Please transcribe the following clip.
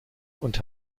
und